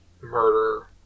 Murder